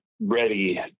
ready